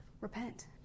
repent